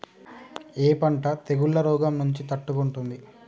ఏ పంట తెగుళ్ల రోగం నుంచి తట్టుకుంటుంది?